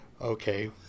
Okay